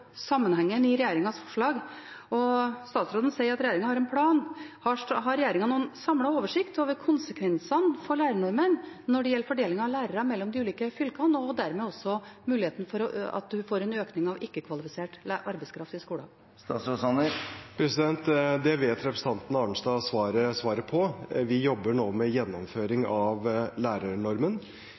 sammenhengen i regjeringens forslag. Statsråden sier at regjeringen har en plan. Har regjeringen noen samlet oversikt over konsekvensene for lærernormen når det gjelder fordeling av lærere mellom de ulike fylkene, og dermed også muligheten for at en får en økning av ikke-kvalifisert arbeidskraft i skolen? Det vet representanten Arnstad svaret på. Vi jobber nå med gjennomføring av lærernormen.